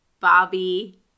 Bobby